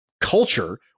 culture